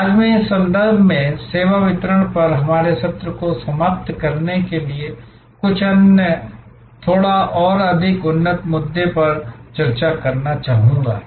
आज मैं इस संदर्भ में सेवा वितरण पर हमारे सत्र को समाप्त करने के लिए कुछ अन्य थोड़ा और अधिक उन्नत मुद्दे पर चर्चा करना चाहूंगा